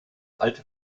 alte